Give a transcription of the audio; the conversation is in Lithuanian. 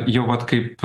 jau vat kaip